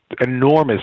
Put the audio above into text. enormous